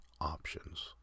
options